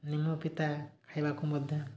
ନିମ ପିତା ଖାଇବାକୁ ମଧ୍ୟ